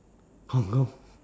oh no